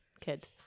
kid